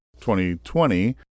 2020